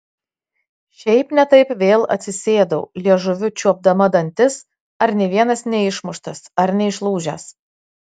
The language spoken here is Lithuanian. šiaip ne taip vėl atsisėdau liežuviu čiuopdama dantis ar nė vienas neišmuštas ar neišlūžęs